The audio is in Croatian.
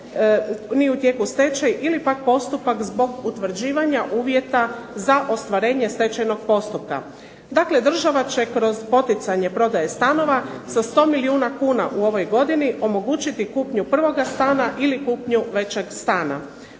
nije u tijeku stečaj ili pak postupak zbog utvrđivanja uvjeta za ostvarenje stečajnog postupka. Dakle država će kroz poticanje prodaje stanova sa 100 milijuna kuna u ovoj godini omogućiti kupnju prvoga stana ili kupnju većeg stana.